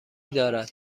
دارد